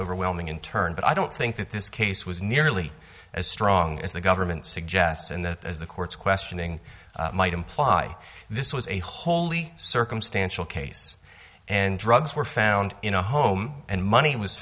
overwhelming in turn but i don't think that this case was nearly as strong as the government suggests and as the courts questioning might imply this was a wholly circumstantial case and drugs were found in a home and money was